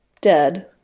dead